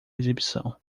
exibição